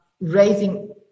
raising